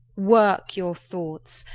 worke your thoughts,